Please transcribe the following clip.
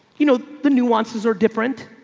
you know the nuances are different.